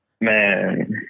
Man